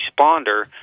responder